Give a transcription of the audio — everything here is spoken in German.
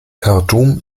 khartum